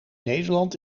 nederland